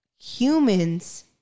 humans